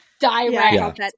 direct